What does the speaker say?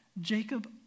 Jacob